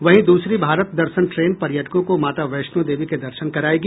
वहीं दूसरी भारत दर्शन ट्रेन पर्यटकों को माता वैष्णो देवी के दर्शन कराएगी